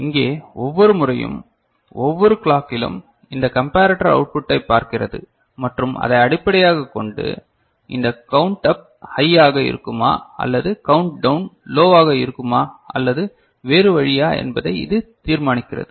இங்கே ஒவ்வொரு முறையும் ஒவ்வொரு கிலாகிலும் இந்த கம்பரடர் அவிட்புட்டைப் பார்க்கிறது மற்றும் அதை அடிப்படையாகக் கொண்டு இந்த கவுன்ட் அப் ஹை ஆக இருக்குமா மற்றும் கவுண்டவுன் லோவாக இருக்குமா அல்லது வேறு வழியா என்பதை இது தீர்மானிக்கிறது